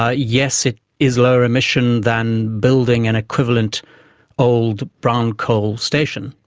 ah yes, it is lower emission than building an equivalent old brown coal station,